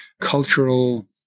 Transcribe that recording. cultural